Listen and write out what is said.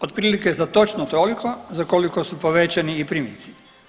Otprilike za točno toliko za koliko su povećani i primici.